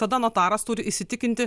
tada notaras turi įsitikinti